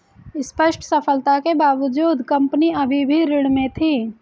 स्पष्ट सफलता के बावजूद कंपनी अभी भी ऋण में थी